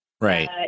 Right